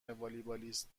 والیبالیست